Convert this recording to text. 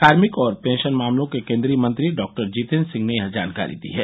कार्मिक और पेंशन मामलों के केंद्रीय मंत्री डॉक्टर जीतेन्द्र सिंह ने यह जानकारी दी है